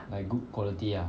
like good quality ah